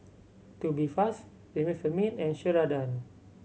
Tubifast Remifemin and Ceradan